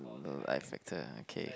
I Factor okay